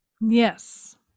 Yes